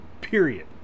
period